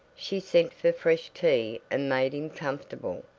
she sent for fresh tea and made him comfortable,